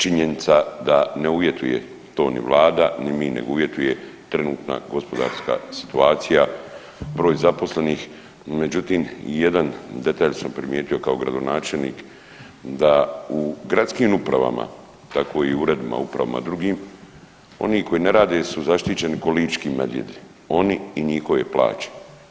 Činjenica da ne uvjetuje to ni vlada, ni mi, nego uvjetuje trenutna gospodarska situacija, broj zaposlenih, no međutim jedan detalj sam primijetio kao gradonačelnik da u gradskim upravama tako i u uredima, upravama drugim oni koji ne rade su zaštićeni ko lički medvjedi, oni i njihove plaće.